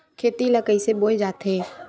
खेती ला कइसे बोय जाथे?